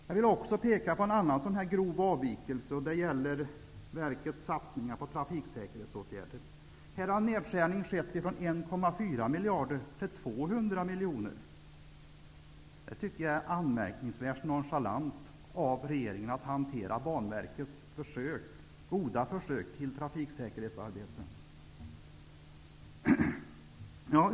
Jag vill också peka på en annan grov avvikelse. Det gäller verkets satsningar på trafiksäkerhetsåtgärder. Här har en nedskärning skett från 1,4 miljarder till 200 miljoner. Det är anmärkningsvärt nonchalant av regeringen att hantera Banverkets goda försök till trafiksäkerhetsarbete på det här sättet.